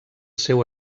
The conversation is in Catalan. seu